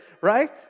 right